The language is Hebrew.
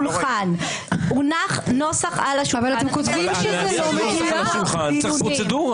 הונח נוסח על השולחן --- בשביל להניח נוסח על השולחן צריך פרוצדורה.